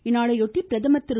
இந்நாளையொட்டி பிரதமர் திரு